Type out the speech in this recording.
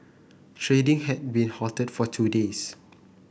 trading had been halted for two days